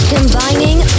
Combining